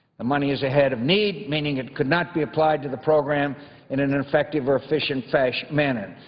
the money is ahead of need, meaning it could not be applied to the program in an effective or efficient fashion manner.